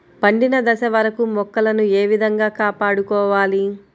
పండిన దశ వరకు మొక్కలను ఏ విధంగా కాపాడుకోవాలి?